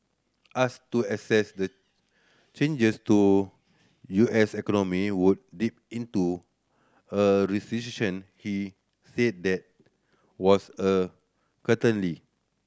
asked to assess the changes the U S economy would dip into a recession he said that was a